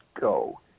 go